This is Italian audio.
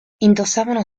indossavano